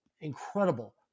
incredible